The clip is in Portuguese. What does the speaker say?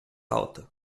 alta